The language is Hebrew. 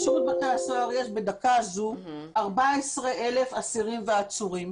בשירות בתי הסוהר יש בדקה הזו 14,00 אסירים ועצורים,